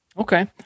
Okay